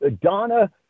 Donna